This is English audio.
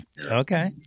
Okay